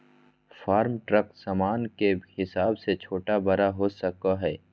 farm truck सामान के हिसाब से छोटा बड़ा हो सको हय